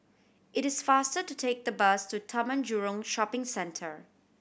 it is faster to take the bus to Taman Jurong Shopping Centre